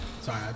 Sorry